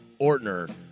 Ortner